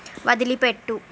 వదిలిపెట్టు